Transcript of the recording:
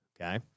Okay